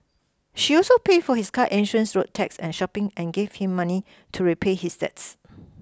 she also paid for his car insurance road tax and shopping and gave him money to repay his debts